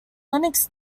linux